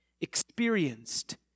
experienced